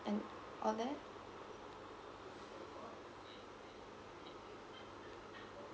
and